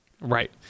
Right